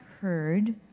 heard